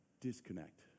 Disconnect